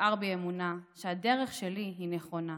תבער בי אמונה / שהדרך שלי היא נכונה,